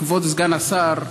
כבוד סגן השר,